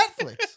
Netflix